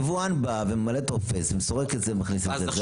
יבואן בא, ממלא טופס, סורק את זה, מכניס את זה.